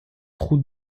route